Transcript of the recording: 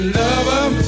lover